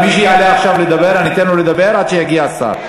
מי שיעלה עכשיו לדבר, אתן לו לדבר עד שיגיע השר.